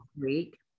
week